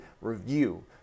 review